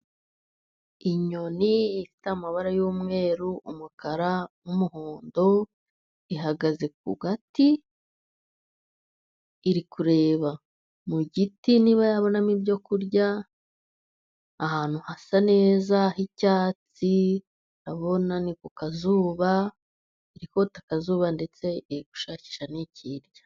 Inyoni ifite amabara y'umweru, umukara, n'umuhondo ihagaze ku gati iri kureba mu giti niba yabonamo ibyo kurya ahantu hasa neza h'icyatsi, ndabona ari ku kazuba, iri kota akazuba ndetse ishakisha nikirya.